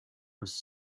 was